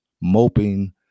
moping